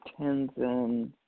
Tenzin